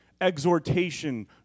exhortation